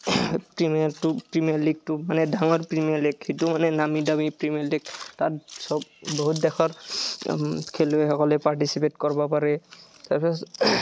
প্ৰিমিয়াৰটো premier লীগটো মানে ডাঙৰ প্ৰিমিয়াৰ লীগ সেইটো মানে নামী দামী প্ৰিমিয়াৰ লীগ তাত সব বহুত দেশৰ খেলুৱৈসকলে পাৰ্টিচিপেট কৰিব পাৰে তাৰ পাছত